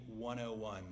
101